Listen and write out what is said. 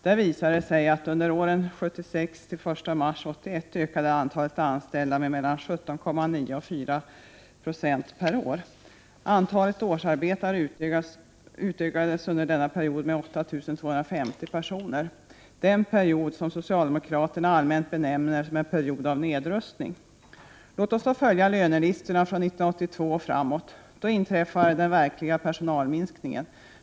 Där visar det sig att antalet anställda under tiden 1976 till den 1 mars 1981 ökar med mellan 17,9 och 4 Z per år. Antalet årsarbetare utökades under denna period med 8 250 personer — den period som socialdemokraterna allmänt benämner en period av nedrustning. Låt oss då följa lönelistorna från 1982 och framåt. Då inträffar den verkliga personalminskningen.